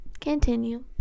Continue